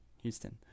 Houston